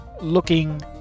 looking